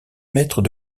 mètre